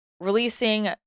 releasing